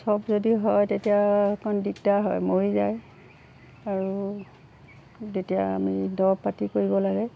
চব যদি হয় তেতিয়া অকণ দিগদাৰ হয় মৰি যায় আৰু তেতিয়া আমি দৰব পাতি কৰিব লাগে